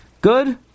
Good